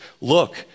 Look